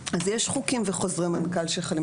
אז יש חוקים וחוזרי מנכ"ל שחלים.